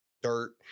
dirt